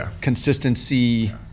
consistency